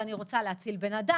שאני רוצה להציל בן אדם.